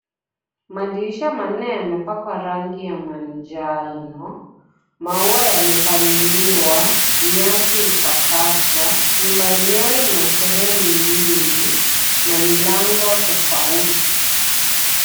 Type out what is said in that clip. Madirisha manne yamepakwa rangi ya manjano Maua yakapaliliwa nyasi imekatwa nyumba yenyewe ina sehemu mobility na milango tofauti.